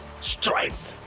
strength